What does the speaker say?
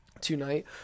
tonight